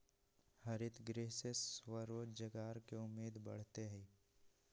हरितगृह से स्वरोजगार के उम्मीद बढ़ते हई